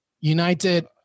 United